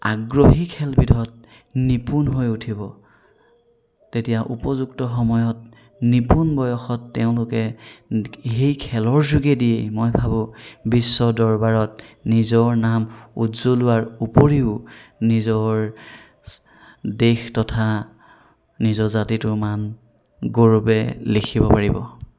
আগ্ৰহী খেলবিধত নিপুণ হৈ উঠিব তেতিয়া উপযুক্ত সময়ত নিপুণ বয়সত তেওঁলোকে সেই খেলৰ যোগেদি মই ভাবো বিশ্ব দৰবাৰত নিজৰ নাম উজ্বলোৱাৰ উপৰিও নিজৰ দেশ তথা নিজৰ জাতিটোৰ মান গৌৰৱেৰে লিখিব পাৰিব